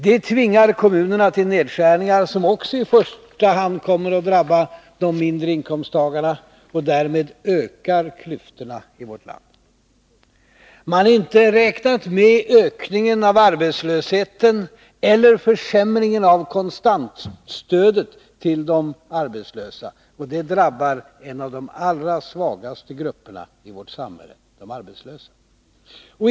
Det tvingar kommunerna till nedskärningar som också i första hand kommer att drabba de mindre inkomsttagarna, och därmed ökar klyftorna i vårt land. Man har inte räknat med ökningen av arbetslösheten eller försämringen av kontantstödet till de arbetslösa, och det drabbar en av de allra svagaste grupperna i vårt samhälle, de arbetslösa.